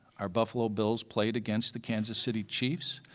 our buffalo bills played against the kansas city chiefs,